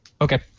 Okay